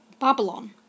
Babylon